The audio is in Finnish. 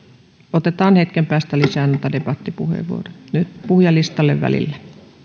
otetaan hetken päästä lisää debattipuheenvuoroja nyt puhujalistalle välillä